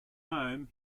home